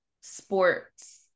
sports